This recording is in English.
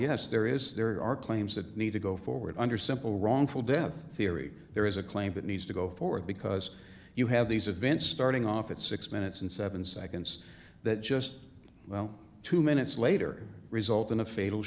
guess there is there are claims that need to go forward under simple wrongful death theory there is a claim that needs to go forward because you have these events starting off at six minutes and seven seconds that just well two minutes later result in a fatal